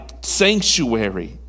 sanctuary